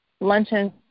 luncheon